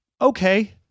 okay